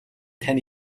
тань